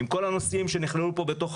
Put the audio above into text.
עם כל הנושאים שנכללו פה,